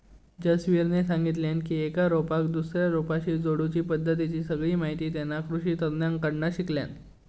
जसवीरने सांगितल्यान की एका रोपाक दुसऱ्या रोपाशी जोडुची पद्धतीची सगळी माहिती तेना कृषि तज्ञांकडना शिकल्यान